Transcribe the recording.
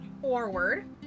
forward